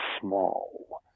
small